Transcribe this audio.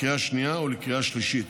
לקריאה שנייה ולקריאה שלישית.